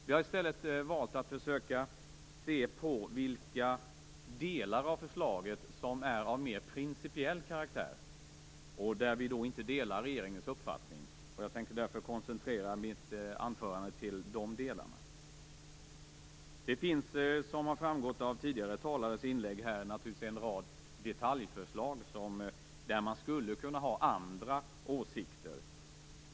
Vi har i stället valt att försöka se på vilka delar av förslaget som är av mer principiell karaktär och där vi inte delar regeringens uppfattning. Jag tänkte därför koncentrera mitt anförande till dessa delar. Som har framgått av tidigare talares inlägg finns det naturligtvis en rad detaljförslag där man skulle kunna ha andra åsikter.